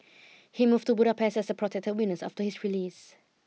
he moved to Budapest as a protected witness after his release